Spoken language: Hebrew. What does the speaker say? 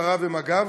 משטרה ומג"ב,